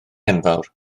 enfawr